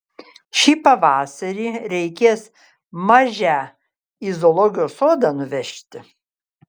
šį pavasarį reikės mažę į zoologijos sodą nuvežti